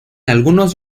algunos